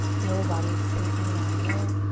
low body, sinking down low.